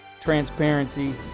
transparency